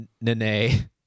Nene